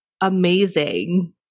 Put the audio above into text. amazing